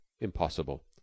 Impossible